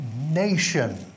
nation